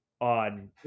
on